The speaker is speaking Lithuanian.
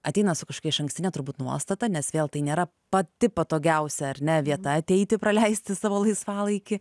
ateina su kažkokia išankstine turbūt nuostata nes vėl tai nėra pati patogiausia ar ne vieta ateiti praleisti savo laisvalaikį